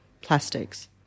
plastics